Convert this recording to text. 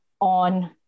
on